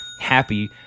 Happy